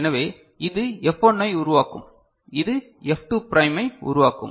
எனவே இது F1 ஐ உருவாக்கும் இது F2 prime ஐ உருவாக்கும்